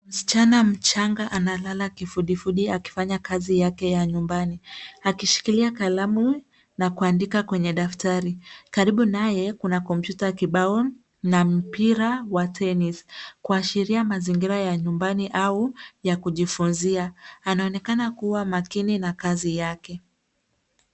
Msichana mchanga analala kifudifudi akifanya kazi yake ya nyumbani akishikilia kalamu na kuandika kwenye daftari. Karibu naye kuna kompyuta kibao na mpira wa tennis kuashiria mazingira ya nyumbani au ya kujifunzia. Anaonekana kuwa makini na kazi yake.